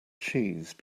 cheese